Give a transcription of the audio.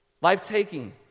Life-taking